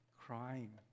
crying